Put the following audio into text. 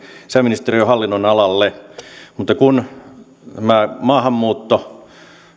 sisäministeriön hallinnonalalle mutta kun tämä maahanmuutto